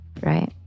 right